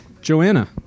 Joanna